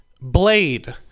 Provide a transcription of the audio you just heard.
Blade